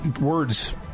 words